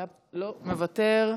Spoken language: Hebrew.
מוותר.